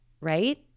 right